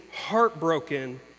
heartbroken